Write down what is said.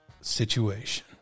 Situation